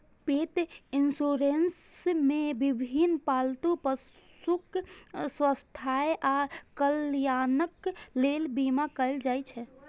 पेट इंश्योरेंस मे विभिन्न पालतू पशुक स्वास्थ्य आ कल्याणक लेल बीमा कैल जाइ छै